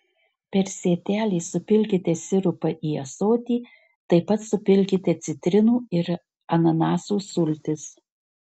per sietelį supilkite sirupą į ąsotį taip pat supilkite citrinų ir ananasų sultis